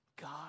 God